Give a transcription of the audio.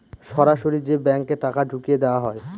সরাসরি যে ব্যাঙ্কে টাকা ঢুকিয়ে দেওয়া হয়